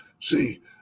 See